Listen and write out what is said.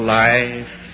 life